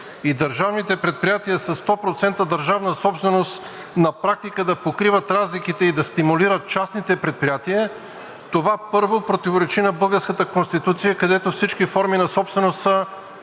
и държавните предприятия със 100% държавна собственост на практика да покриват разликите и да стимулират частните предприятия, това, първо, противоречи на българската Конституция, където всички форми на собственост са